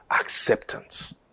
acceptance